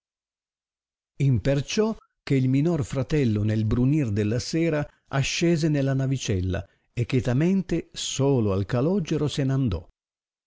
imperciò che il minor fratello nel brunir della sera ascese nella navicella e chetamente solo al calogero se